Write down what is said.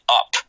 up